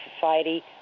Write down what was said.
society